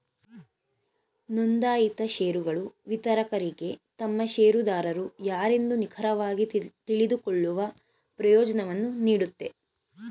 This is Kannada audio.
ನೊಂದಾಯಿತ ಶೇರುಗಳು ವಿತರಕರಿಗೆ ತಮ್ಮ ಶೇರುದಾರರು ಯಾರೆಂದು ನಿಖರವಾಗಿ ತಿಳಿದುಕೊಳ್ಳುವ ಪ್ರಯೋಜ್ನವನ್ನು ನೀಡುತ್ತೆ